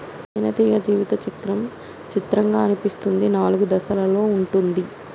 తేనెటీగ జీవిత చక్రం చిత్రంగా అనిపిస్తుంది నాలుగు దశలలో ఉంటుంది